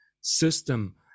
system